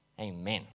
Amen